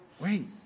Wait